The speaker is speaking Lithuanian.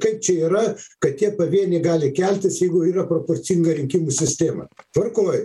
kaip čia yra kad jie pavieniai gali keltis jeigu yra proporcinga rinkimų sistema tvarkoj